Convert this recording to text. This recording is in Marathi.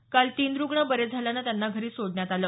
तर काल तीन रुग्ण बरे झाल्यानं त्यांना घरी सोडण्यात आलं